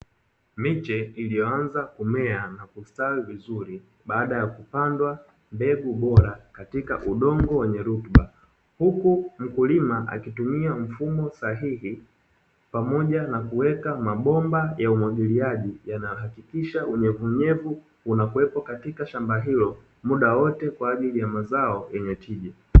Miche ilivyoanza kumea na kustawi vizuri baada ya kupandwa mbegu bora katika udongo wenye rutuba, huku mkulima akitumia mfumo sahihi pamoja na kuweka mabomba ya umwagiliaji, yanayohakikisha unyevunyevu unakuwepo katika shamba hilo muda wote kwa ajili ya mazao yenye tija.